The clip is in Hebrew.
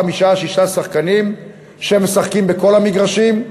חמישה שישה שחקנים שמשחקים בכל המגרשים.